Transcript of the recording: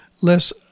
less